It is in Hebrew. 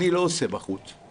אני לא עושה בחוץ,